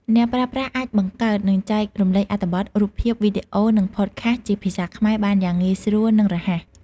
អ្នកប្រើប្រាស់អាចបង្កើត និងចែករំលែកអត្ថបទ រូបភាព វីដេអូ និងផតខាសជាភាសាខ្មែរបានយ៉ាងងាយស្រួល និងរហ័ស។